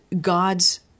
God's